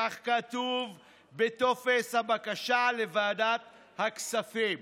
כך כתוב בטופס הבקשה לוועדת הכספים.